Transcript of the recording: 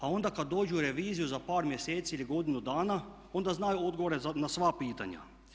A onda kada dođu u reviziju za par mjeseci ili godinu dana onda znaju odgovore na sva pitanja.